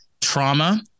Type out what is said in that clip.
trauma